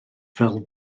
fel